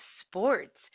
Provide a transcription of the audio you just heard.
Sports